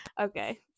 Okay